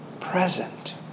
Present